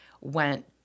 went